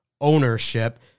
ownership